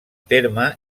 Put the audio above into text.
terme